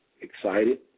excited